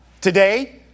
today